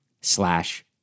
slash